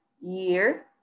year